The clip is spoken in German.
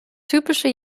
typische